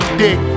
dick